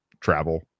travel